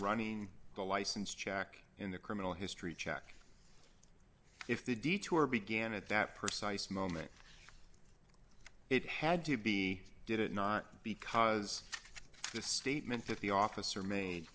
running the license check in the criminal history check if the detour began at that precise moment it had to be did it not because the statement that the officer made